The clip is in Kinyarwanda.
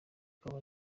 akaba